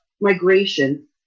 migration